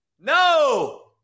no